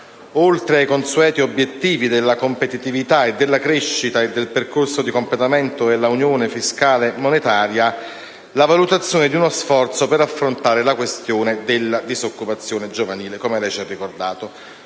oltre ai consueti obiettivi della competitività, della crescita e del percorso di completamento dell'unione fiscale e monetaria, la valutazione di uno sforzo per affrontare la questione della disoccupazione giovanile. È un tema che